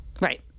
Right